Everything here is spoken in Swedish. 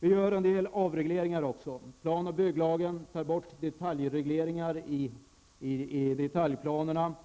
Vi gör en del avregleringar också. I plan och bygglagen tar vi bort en del